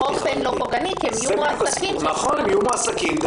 באופן לא פוגעני כי הם יהיו מועסקים של משרד החינוך.